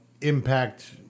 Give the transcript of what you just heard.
impact